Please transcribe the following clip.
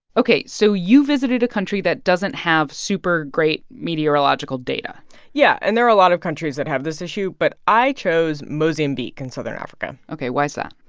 ok, so you visited a country that doesn't have super great meteorological data yeah. and there are a lot of countries that have this issue, but i chose mozambique in southern africa ok, why is that?